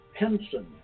Penson